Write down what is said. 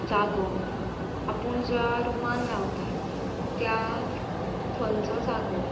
जागो आपूण ज्या रूमांत रावता त्या थंयचो जागो